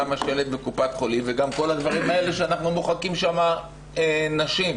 גם השלט בקופת חולים וגם כל הדברים האלה שאנחנו מוחקים בהם נשים.